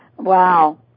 Wow